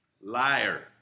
liar